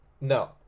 no